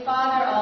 Father